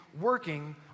working